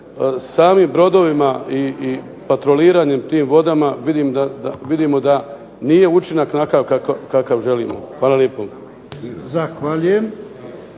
samim brodovima i patroliranje tim vodama vidimo da nije učinak onakav kakav želimo. Hvala lijepo.